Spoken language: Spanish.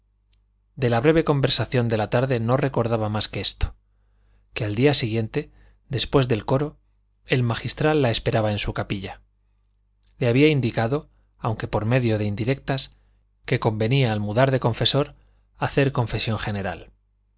de la breve conversación de la tarde no recordaba más que esto que al día siguiente después del coro el magistral la esperaba en su capilla le había indicado aunque por medio de indirectas que convenía al mudar de confesor hacer confesión general